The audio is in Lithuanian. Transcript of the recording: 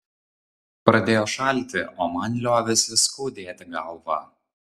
pradėjo šalti o man liovėsi skaudėti galvą